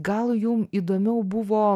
gal jum įdomiau buvo